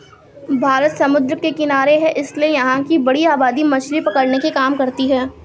भारत समुद्र के किनारे है इसीलिए यहां की बड़ी आबादी मछली पकड़ने के काम करती है